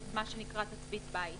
מה שמכונה " תצפית בית".